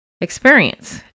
experience